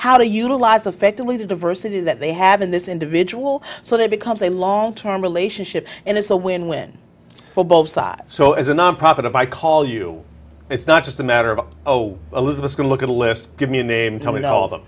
how to utilize effectively the diversity that they have in this individual so that becomes a long term relationship and it's a win win for both sides so as a nonprofit if i call you it's not just a matter of oh elizabeth go look at a list give me a name tell me